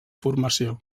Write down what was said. formació